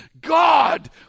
God